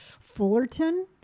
Fullerton